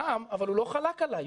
רם, אבל הוא לא חלק עלי.